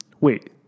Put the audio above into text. Wait